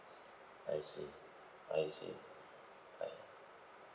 I see I see I